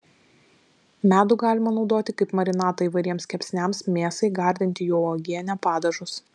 medų galima naudoti kaip marinatą įvairiems kepsniams mėsai gardinti juo uogienę padažus